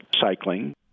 cycling